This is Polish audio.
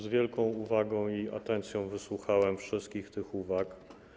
Z wielką uwagą i atencją wysłuchałem wszystkich tych uwag.